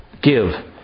give